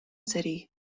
city